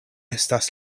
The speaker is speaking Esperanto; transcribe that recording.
estas